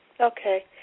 Okay